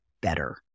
better